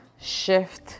shift